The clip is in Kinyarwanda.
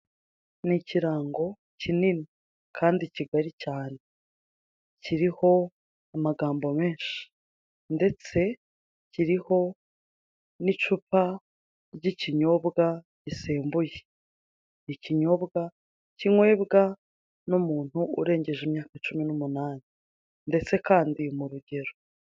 Ni ikirango kinini kandi kigari cyane kiriho amagambo menshi ndetse kiriho n'icupa ry'ikinyobwa gisembuye. Ikinyobwa kinywebwa n'umuntu urengeje imyaka cumi n'umunani ndetse kandi mu rugero.